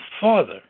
father